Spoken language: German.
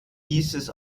dieses